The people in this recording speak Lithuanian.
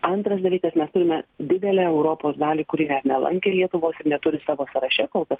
antras dalykas mes turime didelę europos dalį kuri net nelankė lietuvos neturi savo sąraše kol kas